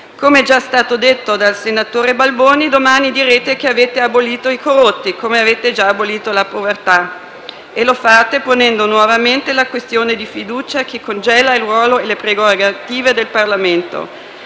Come ha detto il senatore Balboni, domani direte che avete abolito i corrotti, come avete già abolito la povertà. E lo fate ponendo nuovamente la questione di fiducia, che congela il ruolo e le prerogative del Parlamento.